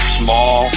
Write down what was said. small